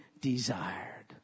desired